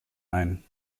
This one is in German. ein